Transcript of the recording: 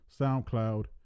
SoundCloud